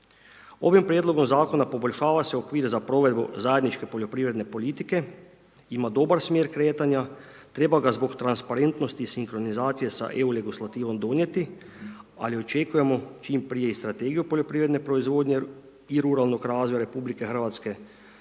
Ovim prijedlogom zakona poboljšava se okvir za provedbu zajedničke poljoprivredne politike, ima dobar smjer kretanja, treba ga zbog transparentnosti i sinkronizacije sa EU legislativom donijeti, ali očekujemo čim prije i Strategiju poljoprivredne proizvodnje i ruralnog razvoja RH kao jasne